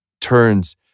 turns